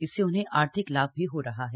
इससे उन्हें आर्थिक लाभ हो रहा है